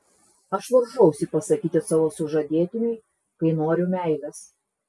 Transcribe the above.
aš varžausi pasakyti savo sužadėtiniui kai noriu meilės